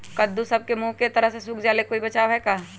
कददु सब के मुँह के तरह से सुख जाले कोई बचाव है का?